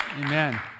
Amen